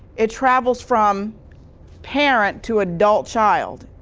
it travels from parent to adult child,